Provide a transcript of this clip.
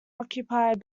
occupied